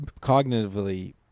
cognitively